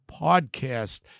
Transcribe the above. podcast